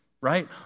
Right